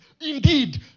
Indeed